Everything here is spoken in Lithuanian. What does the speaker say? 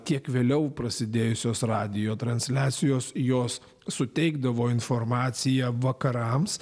tiek vėliau prasidėjusios radijo transliacijos jos suteikdavo informaciją vakarams